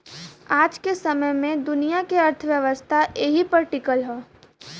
आज के समय मे दुनिया के अर्थव्यवस्था एही पर टीकल हौ